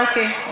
אוקיי.